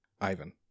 Ivan